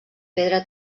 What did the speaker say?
pedra